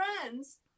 friends